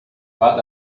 but